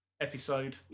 Episode